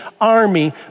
army